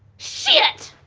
shit!